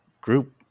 group